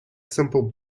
simple